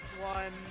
one